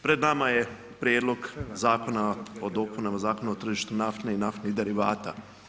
Pred nama je Prijedlog zakona o dopunama Zakona o tržištu nafte i naftnih derivata.